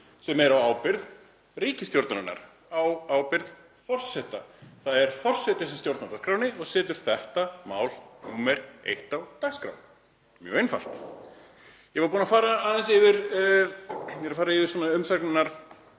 sem er á ábyrgð ríkisstjórnarinnar, á ábyrgð forseta. Það er forseti sem stjórnar dagskránni og setur þetta mál númer eitt á dagskrá, mjög einfalt. Ég var búinn að fara aðeins yfir umsagnirnar